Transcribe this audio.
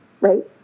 right